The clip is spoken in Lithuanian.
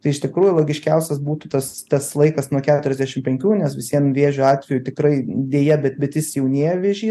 tai iš tikrųjų logiškiausias būtų tas tas laikas nuo keturiasdešim penkių nes visiem vėžio atvejų tikrai deja bet bet jis jaunėja vėžys